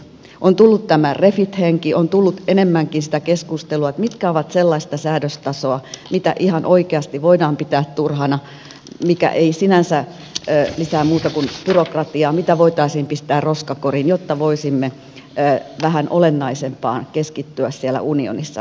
on tullut tämä refit henki on tullut enemmänkin sitä keskustelua että mikä on sellaista säädöstasoa mitä ihan oikeasti voidaan pitää turhana mikä ei sinänsä lisää muuta kuin byrokratiaa mitä voitaisiin pistää roskakoriin jotta voisimme vähän olennaisempaan keskittyä siellä unionissa